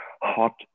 hot